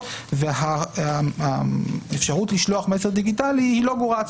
וכזאת והאפשרות לשלוח מסר דיגיטלי היא לא גורעת,